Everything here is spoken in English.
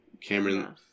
Cameron